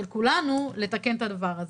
של כולנו, לתקן את הדבר הזה.